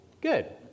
Good